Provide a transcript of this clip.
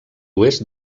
oest